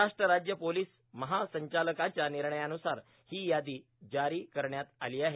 महाराष्ट्र राज्य पोलीस महासंचालकाच्या निर्णयान्रसार ही यादी जारी करण्यात आली आहे